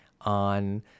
on